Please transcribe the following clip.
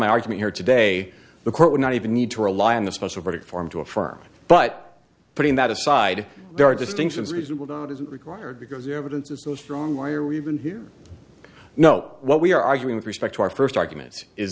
my argument here today the court would not even need to rely on the special verdict form to affirm but putting that aside there are distinctions reasonable doubt is required because the evidence is so strong why are we even here you know what we are arguing with respect to our first arguments is